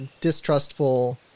distrustful